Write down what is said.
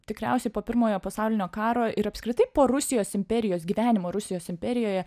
tikriausiai po pirmojo pasaulinio karo ir apskritai po rusijos imperijos gyvenimo rusijos imperijoje